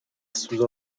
sous